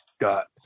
got